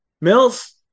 Mills